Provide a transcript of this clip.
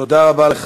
זוהי הזדמנות